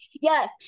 Yes